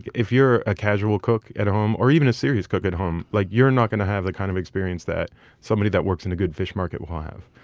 if you're a casual cook at home, or even a serious cook at home, like you're not going to have the kind of experience that somebody that works in a good fish market will have.